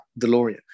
DeLorean